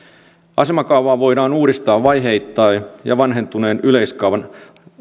asemakaavaa voidaan uudistaa vaiheittain ja vanhentuneen yleiskaavan